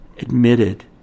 admitted